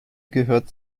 gehört